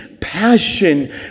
passion